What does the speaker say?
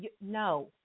no